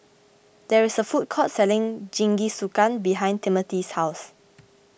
there is a food court selling Jingisukan behind Timothy's house